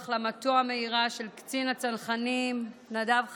להחלמתו המהירה של קצין הצנחנים נדב חיים,